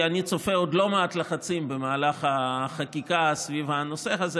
אני צופה עוד לא מעט לחצים במהלך החקיקה סביב הנושא הזה,